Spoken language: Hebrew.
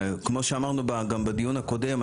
כמו שאמרנו גם בדיון הקודם,